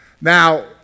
Now